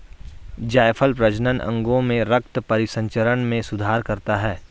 जायफल प्रजनन अंगों में रक्त परिसंचरण में सुधार करता है